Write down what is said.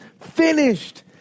finished